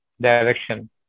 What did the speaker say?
direction